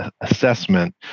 assessment